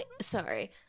Sorry